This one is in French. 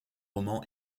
romans